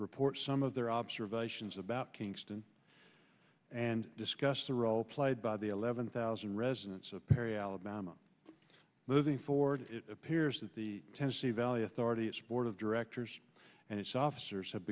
report some of their observations about kingston and discussed the role played by the eleven thousand residents of perry alabama moving forward it appears that the tennessee valley authority its board of directors and its officers have